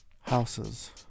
houses